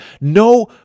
no